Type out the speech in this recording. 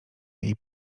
jej